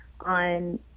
on